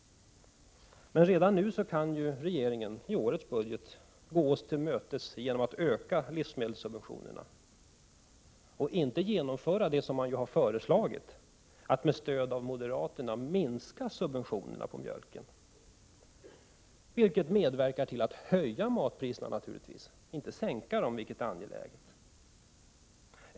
Redan nu kan regeringen i årets budget gå oss till mötes genom att öka livsmedelssubventionerna och inte genomföra det som man har föreslagit, dvs. att med stöd av moderaterna minska subventionerna på mjölken, vilket naturligtvis medverkar till att höja matpriserna och inte sänka dem, vilket är angeläget.